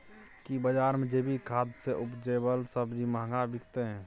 की बजार मे जैविक खाद सॅ उपजेल सब्जी महंगा बिकतै?